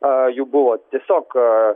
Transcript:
a jų buvo tiesiog